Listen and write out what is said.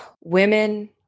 women